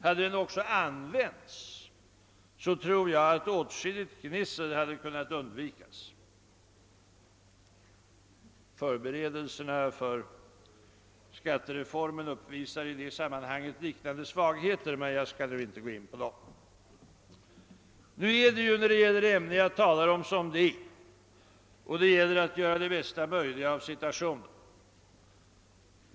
Hade den också använts tror jag att åtskilligt gnissel hade kunnat undvikas. Förberedelserna för skaltereformen uppvisar i det avseendet liknande svagheter, men jag skall nu inte gå in på dem. Nu är det ju — när det gäller det ämne jag talar om — som det är, och det gäller att göra det bästa möjliga av situationen.